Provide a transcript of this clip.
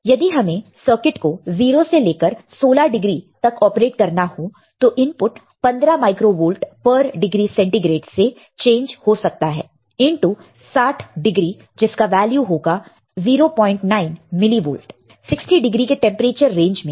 तो यदि हमें सर्किट को 0 से लेकर 16 डिग्री तक ऑपरेट करना हो तो इनपुट 15 माइक्रोवोल्ट पर डिग्री सेंटीग्रेड से चेंज हो सकता है इनटु 60 डिग्री जिसका वैल्यू होगा 09 मिली वोल्ट 60 डिग्री के टेंपरेचर रेंज में